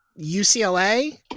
UCLA